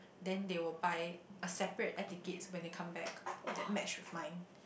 then they will buy a separate air tickets when they come back that match with mine